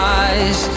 eyes